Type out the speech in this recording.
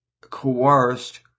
coerced